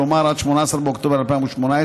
כלומר עד 18 באוקטובר 2018,